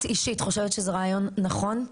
את אישית חושבת שזה רעיון נכון?